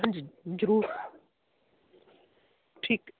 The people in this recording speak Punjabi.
ਹਾਂਜੀ ਜਰੂਰ ਠੀਕ